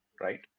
right